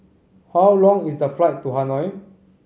how long is the flight to Hanoi